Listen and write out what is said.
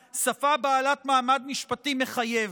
הערבית, שפה בעלת מעמד משפטי מחייב.